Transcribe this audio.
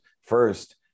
first